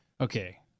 okay